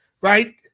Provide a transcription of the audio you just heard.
right